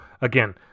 again